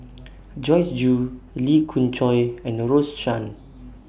Joyce Jue Lee Khoon Choy and Rose Chan